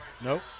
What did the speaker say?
Nope